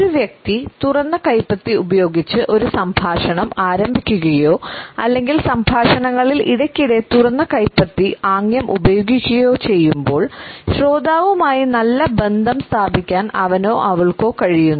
ഒരു വ്യക്തി തുറന്ന കൈപ്പത്തി ഉപയോഗിച്ച് ഒരു സംഭാഷണം ആരംഭിക്കുകയോ അല്ലെങ്കിൽ സംഭാഷണങ്ങളിൽ ഇടയ്ക്കിടെ തുറന്ന കൈപ്പത്തി ആംഗ്യം ഉപയോഗിക്കുകയോ ചെയ്യുമ്പോൾ ശ്രോതാവുമായി നല്ല ബന്ധം സ്ഥാപിക്കാൻ അവനോ അവൾക്കോ കഴിയുന്നു